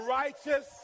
righteous